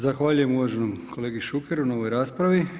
Zahvaljujem uvaženom kolegi Šukeru na ovoj raspravi.